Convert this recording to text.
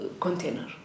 container